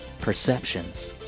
perceptions